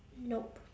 nope